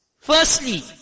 firstly